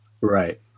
Right